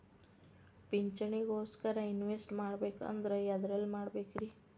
ಪಿಂಚಣಿ ಗೋಸ್ಕರ ಇನ್ವೆಸ್ಟ್ ಮಾಡಬೇಕಂದ್ರ ಎದರಲ್ಲಿ ಮಾಡ್ಬೇಕ್ರಿ?